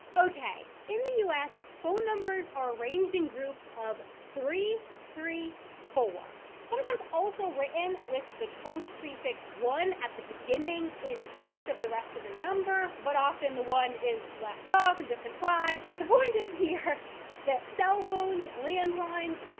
okay. in the u s. phone numbers are arranged in groups of three, three, four. sometimes also written with the trunk prefix one at the beginning, in front of the rest of the number, but often the one is left off and is just implied. but the point is here that cell phones, landlines,